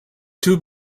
too